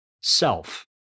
Self